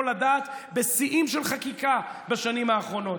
לדעת בשיאים של חקיקה בשנים האחרונות.